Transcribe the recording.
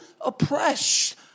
oppressed